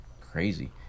crazy